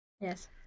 Yes